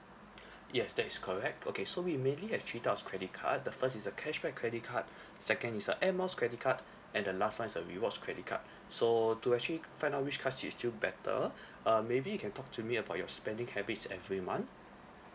yes that is correct okay so we mainly have three types of credit card the first is a cashback credit card second is a air miles credit card and the last one is a rewards credit card so to actually find out which card fits you better uh maybe you can talk to me about your spending habits every month